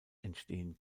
entstehen